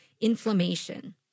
inflammation